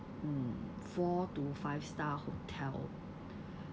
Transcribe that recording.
mm four to five star hotel